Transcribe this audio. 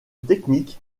technique